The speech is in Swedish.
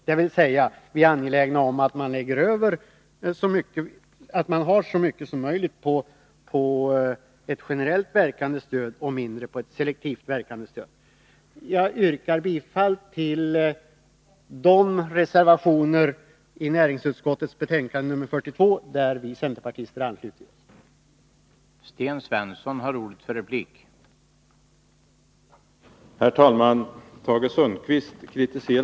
Med andra ord är vi angelägna om att ha mer stöd som verkar generellt och mindre stöd som verkar selektivt. Jag yrkar bifall till de reservationer i näringsutskottets betänkande 42 som vi centerpartister anslutit oss till.